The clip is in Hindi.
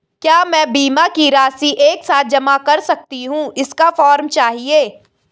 क्या मैं बीमा की राशि एक साथ जमा कर सकती हूँ इसका फॉर्म चाहिए?